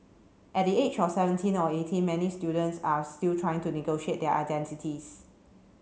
at the age of seventeen or eighteen many students are still trying to negotiate their identities